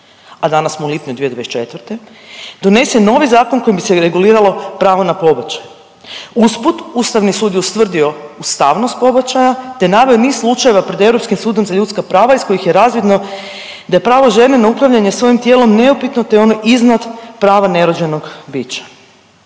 a danas smo u lipnju 2024., donese novi zakon kojim bi se reguliralo pravo na pobačaj. Usput Ustavni sud je ustvrdio ustavnost pobačaja te naveo niz slučajeva pred Europskim sudom za ljudska prava iz kojih je razvidno da je pravo žene na upravljanje svojim tijelom neupitno te je ono iznad prava nerođenog bića.